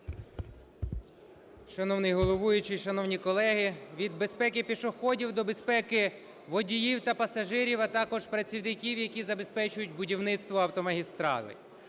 Шановний головуючий, шановні колеги! Від безпеки пішоходів до безпеки водіїв та пасажирів, а також працівників, які забезпечують будівництво автомагістралей.